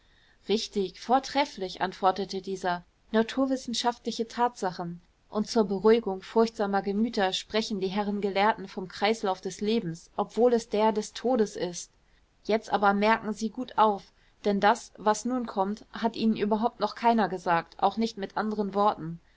richtig vortrefflich antwortete dieser naturwissenschaftliche tatsachen und zur beruhigung furchtsamer gemüter sprechen die herren gelehrten vom kreislauf des lebens obwohl es der des todes ist jetzt aber merken sie gut auf denn das was nun kommt hat ihnen überhaupt noch keiner gesagt auch nicht mit anderen worten